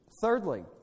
Thirdly